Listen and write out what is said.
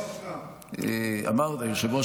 גם היושב-ראש.